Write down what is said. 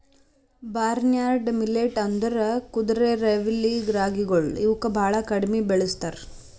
barnyard millet ಅಂದುರ್ ಕುದುರೆರೈವಲಿ ರಾಗಿಗೊಳ್ ಇವುಕ್ ಭಾಳ ಕಡಿಮಿ ಬೆಳುಸ್ತಾರ್